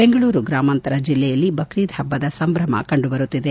ಬೆಂಗಳೂರು ಗ್ರಾಮಾಂತರ ಜಿಲ್ಲೆಯಲ್ಲಿ ಬ್ರೀದ್ ಹಬ್ಬದ ಸಂಭ್ರಮ ಕಂಡುಬರುತ್ತಿದೆ